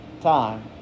time